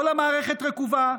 כל המערכת רקובה,